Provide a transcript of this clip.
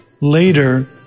Later